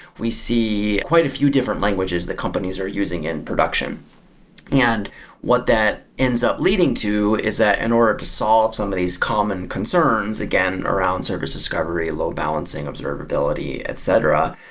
we see quite a few different languages that companies are using in production and what that ends up leading to is that in order to solve some of these common concerns, again, around service discovery, load balancing, observability, etc,